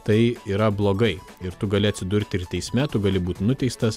tai yra blogai ir tu gali atsidurti ir teisme tu gali būt nuteistas